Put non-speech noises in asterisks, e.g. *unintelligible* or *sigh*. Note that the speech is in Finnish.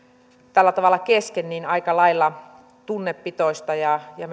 tällä tavalla kesken aika lailla tunnepitoista ja ja *unintelligible*